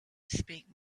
speak